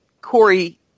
Corey